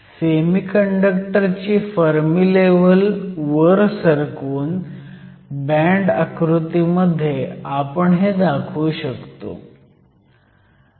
semiconductor ची Fermi level वर सरकवून बँड आकृतीमध्ये आपण हे दाखवू शकतो